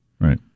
Right